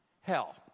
Hell